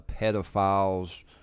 pedophiles